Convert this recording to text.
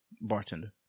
bartender